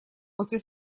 после